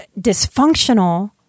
dysfunctional